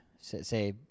say